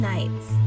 Nights